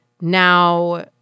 now